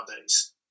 days